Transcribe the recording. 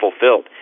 fulfilled